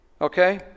Okay